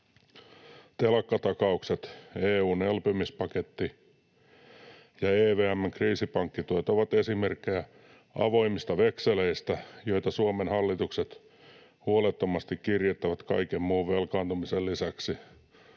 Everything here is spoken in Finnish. Telakkatakaukset, EU:n elpymispaketti ja EVM:n kriisipankkituet ovat esimerkkejä avoimista vekseleistä, joita Suomen hallitukset huolettomasti kirjoittavat kaiken muun velkaantumisen lisäksi.